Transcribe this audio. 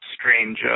strange